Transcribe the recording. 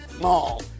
Mall